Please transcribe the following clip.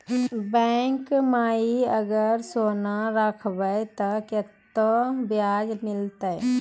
Bank माई अगर सोना राखबै ते कतो ब्याज मिलाते?